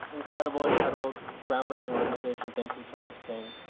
incredible incredible groundbreaking organization, thank you charles king.